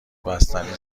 بستنیم